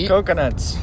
Coconuts